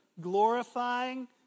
glorifying